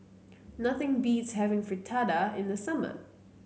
nothing beats having Fritada in the summer